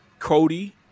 cody